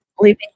leaving